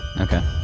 Okay